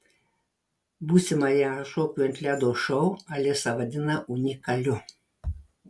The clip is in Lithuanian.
būsimąją šokių ant ledo šou alisa vadina unikaliu